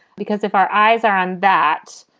because if our eyes are on that,